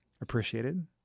appreciated